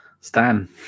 Stan